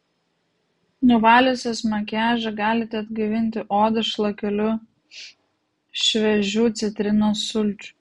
nuvaliusios makiažą galite atgaivinti odą šlakeliu šviežių citrinos sulčių